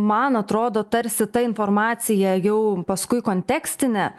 man atrodo tarsi ta informacija jau paskui kontekstinė